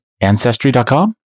Ancestry.com